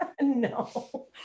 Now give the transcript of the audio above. No